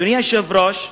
אדוני היושב-ראש,